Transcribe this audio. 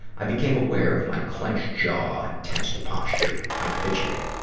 i became aware of my clenched jaw and tensed posture, my fidgeting.